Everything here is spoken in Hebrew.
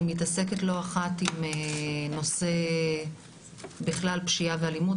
אני מתעסקת לא אחת עם נושא בכלל פשיעה ואלימות,